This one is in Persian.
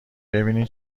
ببینین